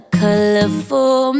colorful